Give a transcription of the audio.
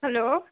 hello